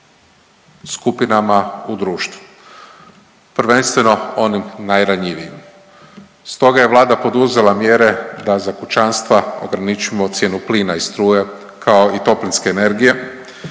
skupinama u društvu, prvenstveno onim najranjivijim. Stoga je vlada poduzela mjere da za kućanstva ograničimo cijenu plina i struje kao i toplinske energije